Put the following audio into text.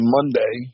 Monday